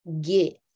get